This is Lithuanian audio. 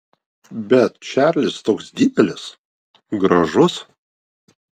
bet čarlis toks didelis gražus